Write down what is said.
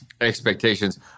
expectations